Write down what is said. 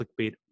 clickbait